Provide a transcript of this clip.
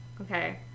okay